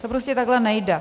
To prostě takhle nejde.